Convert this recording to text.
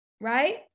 Right